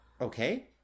Okay